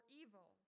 evil